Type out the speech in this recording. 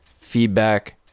Feedback